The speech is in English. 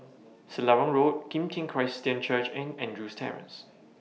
Selarang Road Kim Tian Christian Church and Andrews Terrace